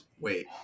wait